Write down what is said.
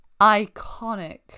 iconic